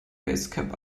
basecap